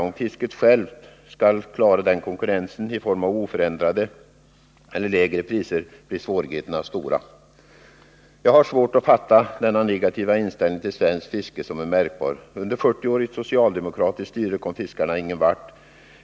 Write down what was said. Om fisket självt skall klara den konkurrensen, med oförändrade eller sänkta priser, blir svårigheterna stora. Jag har svårt att förstå anledningen till den märkbart negativa inställning till svenskt fiske som råder. Under ett 40-årigt socialdemokratiskt styre kom fiskarna ingen vart.